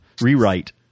rewrite